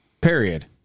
Period